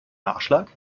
nachschlag